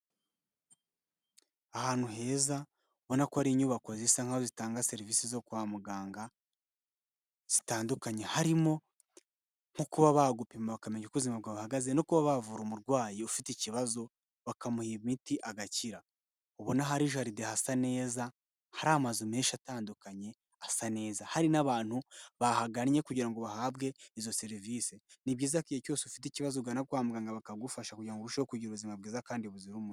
Ahantu heza ubona ko ari inyubako zisa nkaho zitanga serivise zo kwa muganga zitandukanye, harimo nko kuba bagupima bakamenya uko ubuzima bwa buhagaze no kuba bavura umurwayi ufite ikibazo, bakamuha imiti agakira. Ubona hari jaride, hasa neza, hari amazu menshi atandukanye asa neza, hari n'abantu bahagannye kugira bahabwe izo serivisi. Ni byiza ko igihe cyose ufite ikibazo ugana kwa maganga bakagufasha kugira ngo urusheho kugira ubuzima bwiza kandi buzira umuze.